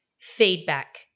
Feedback